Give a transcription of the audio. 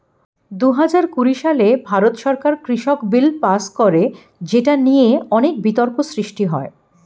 দুহাজার কুড়ি সালে ভারত সরকার কৃষক বিল পাস করে যেটা নিয়ে অনেক বিতর্ক সৃষ্টি হয়